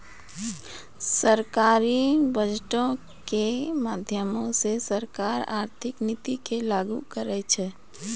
सरकारी बजटो के माध्यमो से सरकार आर्थिक नीति के लागू करै छै